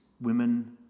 women